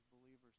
believers